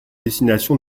destination